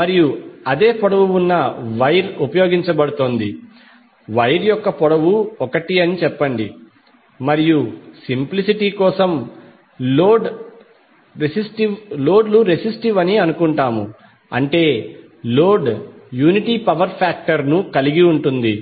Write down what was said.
మరియు అదే పొడవు ఉన్న వైర్ ఉపయోగించబడుతోంది వైర్ యొక్క పొడవు l అని చెప్పండి మరియు సింప్లిసిటీ కోసం లోడ్ లు రెసిస్టివ్ అని అనుకుంటాము అంటే లోడ్ యూనిటీ పవర్ ఫాక్టర్ కలిగి ఉంటుంది